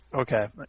okay